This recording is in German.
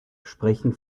sprechen